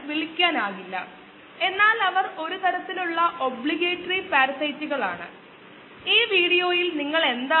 അറിയപ്പെടാത്ത ഫലങ്ങൾ നേടാൻ നമുക്ക് ഒരു സമഗ്ര പട്ടിക ആവശ്യമായി വന്നേക്കാം